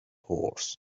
horse